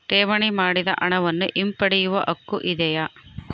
ಠೇವಣಿ ಮಾಡಿದ ಹಣವನ್ನು ಹಿಂಪಡೆಯವ ಹಕ್ಕು ಇದೆಯಾ?